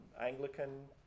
Anglican